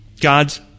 God's